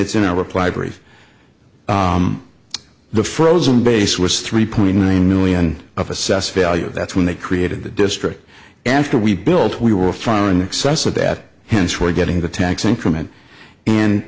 it's in our reply brief the frozen base was three point nine million of assessed value that's when they created the district after we built we were far in excess of that hence we're getting the tax increment and